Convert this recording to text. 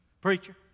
Preacher